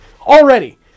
Already